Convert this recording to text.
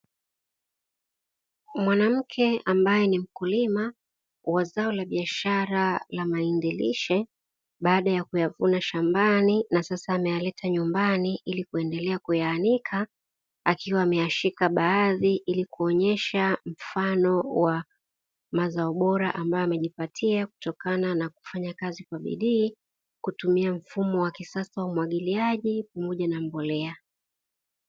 Mwanamke ambaye ni mkulima, wa zao la biashara ya mahindi lishe, baada ya kuyavuna shambani na sasa ameyaleta nyumbani ili kuendelea kuyaanika; akiwa ameyashika baadhi ili kuonyesha mfano wa mazao bora, ambayo amejipatia kutokana ya kufanya kazi kwa bidii, kutumia mfumo wa kisasa wa umwagiliaji pamoja na mbolea.